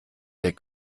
der